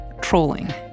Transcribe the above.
trolling